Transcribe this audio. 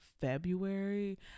february